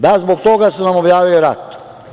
Da, zbog toga su nam objavili rat.